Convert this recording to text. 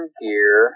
gear